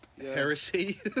Heresy